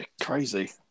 crazy